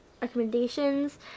recommendations